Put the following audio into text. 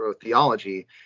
theology